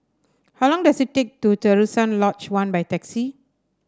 how long does it take to Terusan Lodge One by taxi